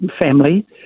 family